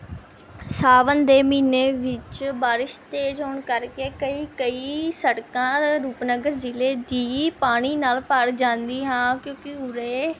ਸਾਵਣ ਦੇ ਮਹੀਨੇ ਵਿੱਚ ਬਾਰਿਸ਼ ਤੇਜ਼ ਹੋਣ ਕਰਕੇ ਕਈ ਕਈ ਸੜਕਾਂ ਰੂਪਨਗਰ ਜ਼ਿਲ੍ਹੇ ਦੀ ਪਾਣੀ ਨਾਲ ਭਰ ਜਾਂਦੀ ਹਾਂ ਕਿਉਂਕਿ ਉਰੇ